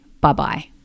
bye-bye